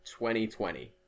2020